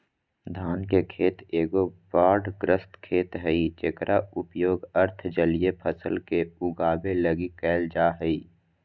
धान के खेत एगो बाढ़ग्रस्त खेत हइ जेकर उपयोग अर्ध जलीय फसल के उगाबे लगी कईल जा हइ